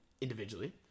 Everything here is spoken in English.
individually